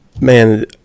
man